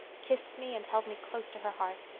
kissed me and held me close to her heart.